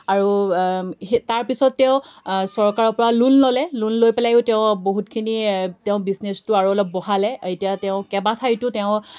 আৰু সেই তাৰপিছত তেওঁ চৰকাৰৰ পৰা লোন ল'লে লোন লৈ পেলায়ো তেওঁ বহুতখিনি তেওঁ বিজনেছটো আৰু অলপ বঢ়ালে এতিয়া তেওঁ কেবাঠাইতো তেওঁ